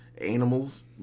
animals